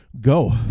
go